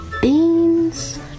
Beans